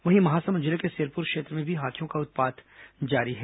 वहीं महासमुंद जिले के सिरपुर क्षेत्र में भी हाथियों का उत्पात जारी है